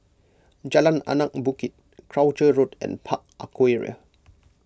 Jalan Anak Bukit Croucher Road and Park Aquaria